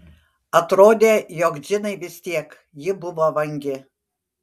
atrodė jog džinai vis tiek ji buvo vangi